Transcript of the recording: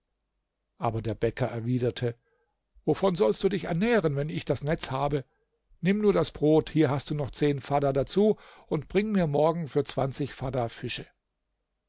aber der bäcker erwiderte wovon sollst du dich ernähren wenn ich das netz habe nimm nur das brot hier hast du noch zehn fadda dazu und bring mir morgen für zwanzig fadda fische